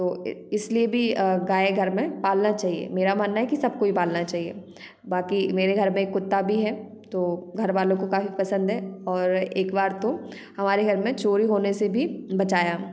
तो इसलिए भी अ गाय घर में पालनाचाचहिए मेरा मानना है कि सबको ही पलना चाहिए बाकी मेरे घर में कुत्ता भी है तो घरवालों को काफी पसंद है और एक बार तो हमारे घर में चोरी होने से भी बचाया